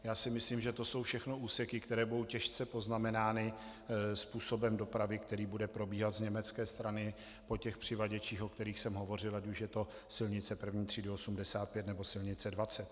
Já si myslím, že to jsou všechno úseky, které budou těžce poznamenány způsobem dopravy, který bude probíhat z německé strany po přivaděčích, o kterých jsem hovořil, ať už je to silnice první třídy 85, nebo silnice 20.